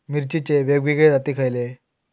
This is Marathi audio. मिरचीचे वेगवेगळे जाती खयले?